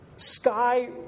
Sky